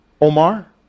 Omar